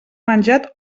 menjat